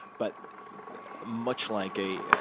but much like a, yeah